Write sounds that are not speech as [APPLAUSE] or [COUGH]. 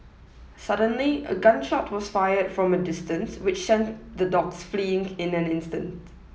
suddenly a gun shot was fired from a distance which [UNINTELLIGIBLE] the dogs fleeing in an instant